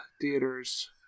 theaters